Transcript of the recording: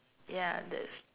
ya that's